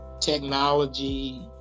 Technology